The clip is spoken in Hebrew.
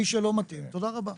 מי שלא מתאים תודה רבה.